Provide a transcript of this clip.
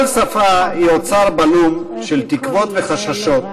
כל שפה היא אוצר בלום של תקוות וחששות,